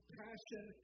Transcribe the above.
passion